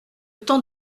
temps